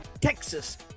Texas